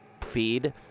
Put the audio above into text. feed